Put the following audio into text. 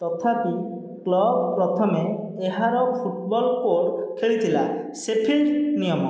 ତଥାପି କ୍ଲବ୍ ପ୍ରଥମେ ଏହାର ଫୁଟବଲ୍ କୋଡ଼୍ ଖେଳିଥିଲା ଶେଫିଲ୍ଡ ନିୟମ